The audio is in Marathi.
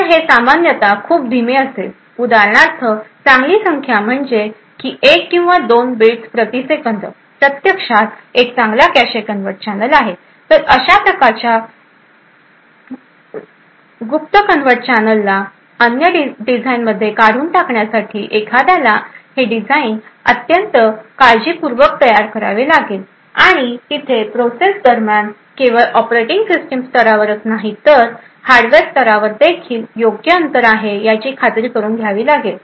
पण हे सामान्यतः खूप धीमे असेल उदाहरणार्थ चांगली संख्या म्हणजे की एक किंवा दोन बिट्स प्रति सेकंद प्रत्यक्षात एक चांगला कॅशे कन्वर्ट चॅनेल आहे तर अशा प्रकारच्या गुप्त कन्वर्ट चॅनेलना अन्य डिझाइनमध्ये काढून टाकण्यासाठी एखाद्याला हे डिझाईन अत्यंत काळजीपूर्वक तयार करावे लागेल आणि आणि तिथे प्रोसेस दरम्यान केवळ ऑपरेटिंग सिस्टम स्तरावरच नाही तर हार्डवेअर स्तरावर देखील योग्य अंतर आहे याची खात्री करून घ्यावी लागेल